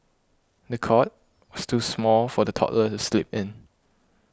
the cot was too small for the toddler to sleep in